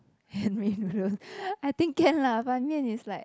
handmade noodles I think can lah Ban-Mian is like